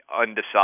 undecided